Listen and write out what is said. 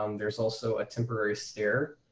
um there's also a temporary stare,